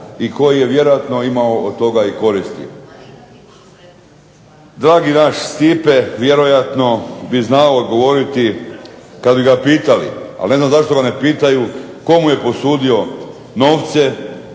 i koji je vjerojatno imao od toga i koristi. Dragi naš Stipe vjerojatno bi znao odgovoriti kada bi ga pitali, a ne znam zašto ga ne pitaju tko mu je posudio 2